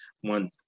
one